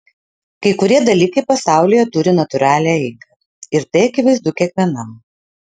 kai kurie dalykai pasaulyje turi natūralią eigą ir tai akivaizdu kiekvienam